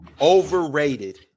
Overrated